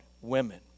women